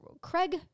Craig